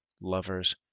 lovers